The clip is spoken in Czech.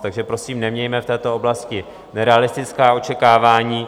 Takže prosím, nemějme v této oblasti nerealistická očekávání.